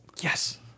Yes